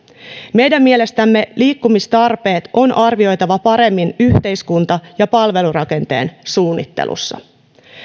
meidän mielestämme liikkumistarpeet on arvioitava paremmin yhteiskunta ja palvelurakenteen suunnittelussa